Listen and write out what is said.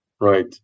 Right